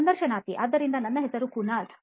ಸಂದರ್ಶನಾರ್ಥಿ ಆದ್ದರಿಂದ ನನ್ನ ಹೆಸರು ಕುನಾಲ್